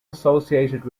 associated